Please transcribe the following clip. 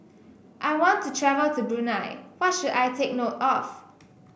I want to travel to Brunei what should I take note of